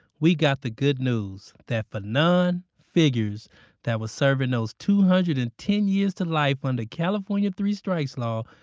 we got the good news that fanon figgers, that was serving those two hundred and ten years to life under california three strikes law,